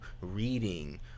reading